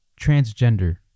transgender